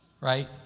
right